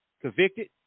convicted